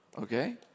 Okay